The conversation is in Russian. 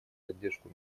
поддержку